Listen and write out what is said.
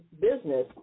business